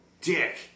dick